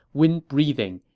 wind-breathing,